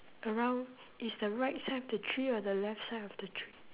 around is the right side of the tree or the left side of the tree